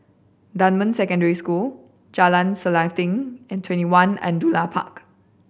Dunman Secondary School Jalan Selanting and TwentyOne Angullia Park